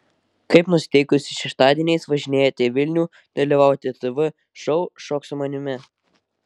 kaip nusiteikusi šeštadieniais važinėjate į vilnių dalyvauti tv šou šok su manimi